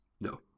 No